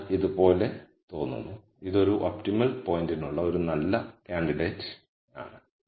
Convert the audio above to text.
അതിനാൽ ഇതുപോലെ തോന്നുന്നു ഇത് ഒരു ഒപ്റ്റിമൽ പോയിന്റിനുള്ള ഒരു നല്ല ക്യാൻഡിഡേറ് ആണ്